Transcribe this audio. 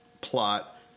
plot